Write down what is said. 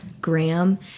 Graham